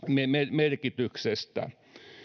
merkityksestä